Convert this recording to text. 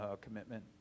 commitment